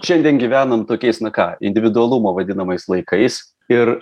šiandien gyvenam tokiais na ką individualumo vadinamais laikais ir